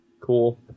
Cool